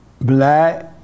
black